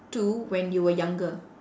to when you were younger